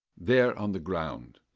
there on the ground,